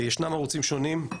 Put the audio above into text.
ישנם ערוצים שונים,